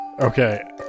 Okay